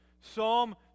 Psalm